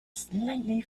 slightly